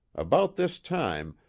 about this time,